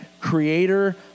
creator